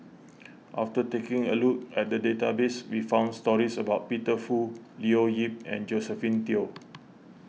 after taking a look at the database we found stories about Peter Fu Leo Yip and Josephine Teo